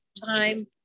time